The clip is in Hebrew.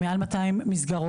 מעל 200 מסגרות,